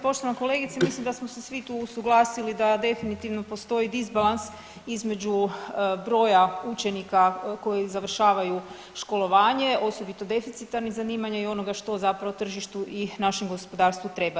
Poštovana kolegice mislim da smo se svi tu usuglasili da definitivno postoji disbalans između broja učenika koji završavaju školovanje osobito deficitarnih zanimanja i onoga što zapravo tržištu i našem gospodarstvu treba.